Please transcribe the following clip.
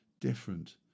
different